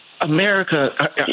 America